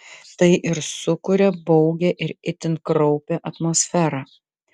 tai ir sukuria baugią ir itin kraupią atmosferą